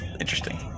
interesting